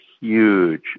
huge